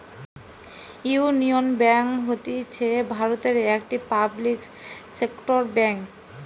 union Bank হতিছে ভারতের একটি পাবলিক সেক্টর বেঙ্ক